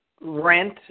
rent